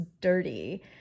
dirty